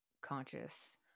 conscious